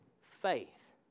faith